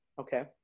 okay